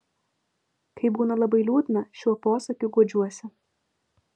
kai būna labai liūdna šiuo posakiu guodžiuosi